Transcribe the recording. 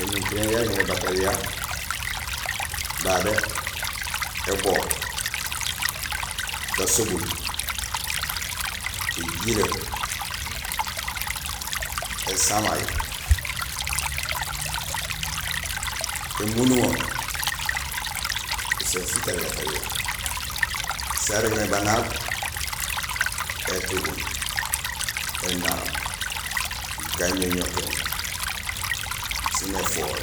Énukuréén sarégmé batariya babé: ébook, gasobul, éjilee, ésamay, émunduŋo; usé sitariya tariya; sarégmé banaab: gaŋoŋokéén, étuguuñ, énaab sén éfool